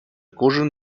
кожен